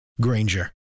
Granger